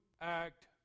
act